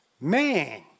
Man